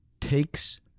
takes